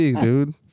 dude